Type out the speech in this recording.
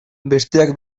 besteak